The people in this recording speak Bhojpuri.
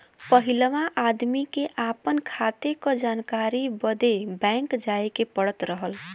पहिलवा आदमी के आपन खाते क जानकारी बदे बैंक जाए क पड़त रहल